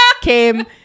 came